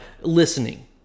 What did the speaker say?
Listening